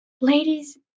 ladies